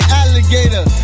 alligator